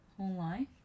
online